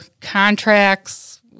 contracts